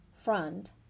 front